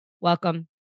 Welcome